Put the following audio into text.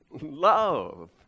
love